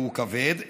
והוא כבד,